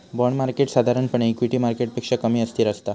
bond market साधारणपणे equity मार्केटपेक्षा कमी अस्थिर असता